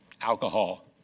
alcohol